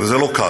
וזה לא קל,